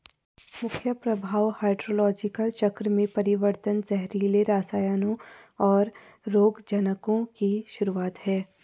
मुख्य प्रभाव हाइड्रोलॉजिकल चक्र में परिवर्तन, जहरीले रसायनों, और रोगजनकों की शुरूआत हैं